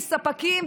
ספקים,